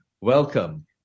welcome